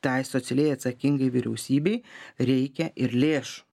tai socialiai atsakingai vyriausybei reikia ir lėšų